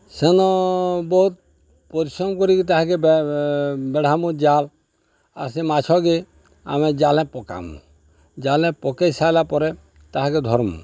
ସେନ ବହୁତ୍ ପରିଶ୍ରମ୍ କରିକି ତାହାକେ ବେଢ଼ାମୁ ଜାଲ୍ ଆର୍ ସେ ମାଛକେ ଆମେ ଜାଲେ ପକାମୁ ଜାଲେ ପକେଇ ସାଏଲା ପରେ ତାହାକେ ଧର୍ମୁ